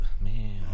man